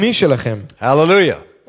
Hallelujah